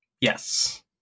Yes